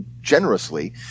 generously